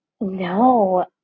No